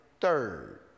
third